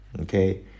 Okay